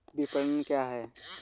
विपणन क्या है?